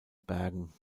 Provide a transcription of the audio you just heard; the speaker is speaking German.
bergen